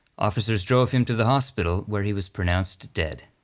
officers drove him to the hospital where he was pronounced dead.